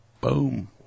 Boom